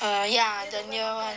err ya the near [one]